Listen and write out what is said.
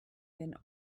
been